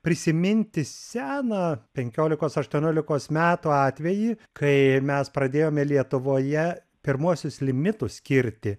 prisiminti seną penkiolikos aštuoniolikos metų atvejį kai mes pradėjome lietuvoje pirmuosius limitus skirti